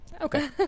Okay